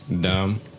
dumb